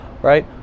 right